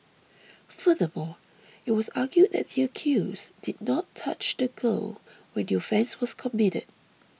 furthermore it was argued that the accused did not touch the girl when your offence was committed